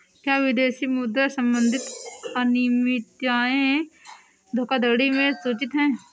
क्या विदेशी मुद्रा संबंधी अनियमितताएं धोखाधड़ी में सूचित हैं?